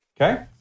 okay